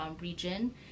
region